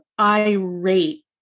irate